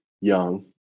young